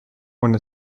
und